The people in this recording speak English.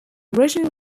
original